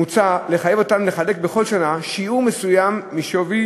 מוצע לחייב אותן לחלק בכל שנה שיעור מסוים משווי